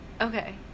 Okay